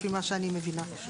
לפי מה שאני מבינה.